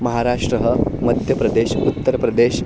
महराष्ट्रं मध्यप्रदेशः उत्तरप्रदेशः